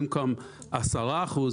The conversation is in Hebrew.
במקום עשרה אחוז,